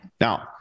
Now